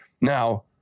Now